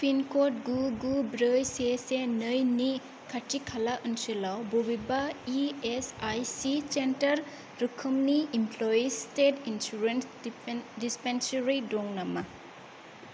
pin code गु गु ब्रै से से नै नि खाथि खाला ओनसोलाव बबेबा E S I C centre रोखोमनि इमप्ल'यिज स्टेट इन्सुरेन्स दिस्पेन्सेरि दं नामा